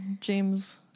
James